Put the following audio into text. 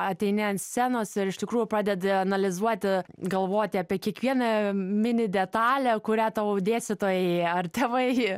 ateini ant scenos ir iš tikrųjų pradedi analizuoti galvoti apie kiekvieną mini detalę kurią tau dėstytojai ar tėvai